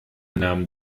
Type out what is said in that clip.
nahm